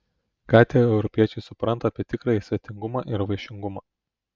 ką tie europiečiai supranta apie tikrąjį svetingumą ir vaišingumą